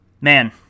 man